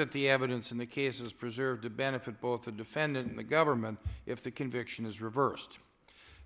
that the evidence in the case is preserved to benefit both the defendant in the government if the conviction is reversed